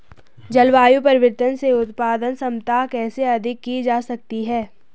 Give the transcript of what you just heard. जलवायु परिवर्तन से उत्पादन क्षमता कैसे अधिक की जा सकती है?